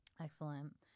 excellent